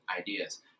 ideas